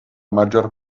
maggior